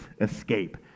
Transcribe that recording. escape